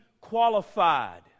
qualified